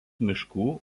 miškų